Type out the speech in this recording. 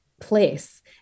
place